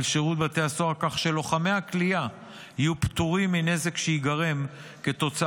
שירות בתי הסוהר כך שלוחמי הכליאה יהיו פטורים מנזק שייגרם כתוצאה